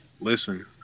Listen